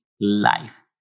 life